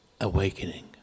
awakening